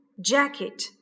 jacket